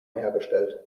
hergestellt